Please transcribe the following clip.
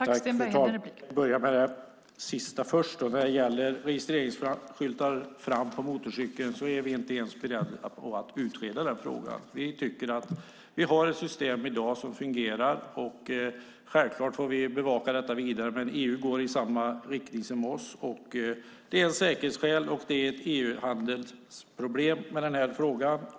Fru talman! Jag börjar med det sista. När det gäller registreringsskyltar fram på motorcyklar är vi inte ens beredda att utreda frågan. Vi tycker att vi har ett system i dag som fungerar. Självklart får vi bevaka detta vidare, men EU går i samma riktning som vi. Dels finns det säkerhetsskäl, dels är det EU-handelsproblem med den här frågan.